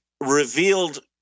revealed